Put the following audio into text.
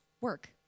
work